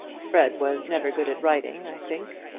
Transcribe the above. fred was never good at writing, i think.